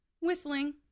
whistling